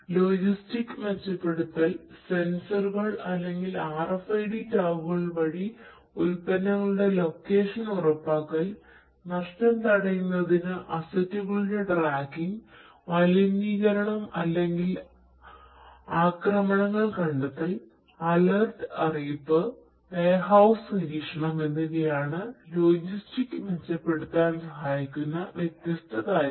logistics മെച്ചപ്പെടുത്തൽ സെൻസറുകൾ അല്ലെങ്കിൽ RFID ടാഗുകൾ വഴി ഉൽപ്പന്നങ്ങളുടെ ലൊക്കേഷൻ ഉറപ്പാക്കൽ നഷ്ടം തടയുന്നതിന് അസറ്റുകളുടെ ട്രാക്കിംഗ് മലിനീകരണം അല്ലെങ്കിൽ ആക്രമണങ്ങൾ കണ്ടെത്തൽ അലേർട്ട് അറിയിപ്പ് വെയർഹൌസ് നിരീക്ഷണം എന്നിവയാണ് ലോജിസ്റ്റിക്സ് മെച്ചപ്പെടുത്താൻ സഹായിക്കുന്ന വ്യത്യസ്ത കാര്യങ്ങൾ